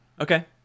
Okay